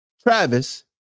Travis